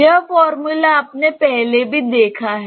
यह फॉर्मूला आपने पहले भी देखा है